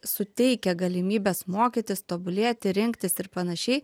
suteikia galimybes mokytis tobulėti rinktis ir panašiai